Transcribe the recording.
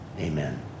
Amen